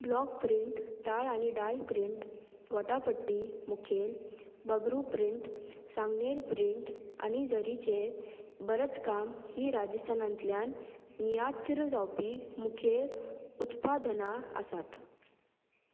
block print tie आनी dye print गोठापट्टी मुखेल बगरू प्रिंट सांगनेल प्रिंट आनी झरीचे भरतकाम ही राजस्थानांतल्यान नियात्र जावपी मुखेल उत्पादनां आसात